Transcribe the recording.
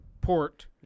port